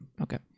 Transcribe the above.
Okay